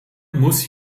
muss